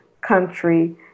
country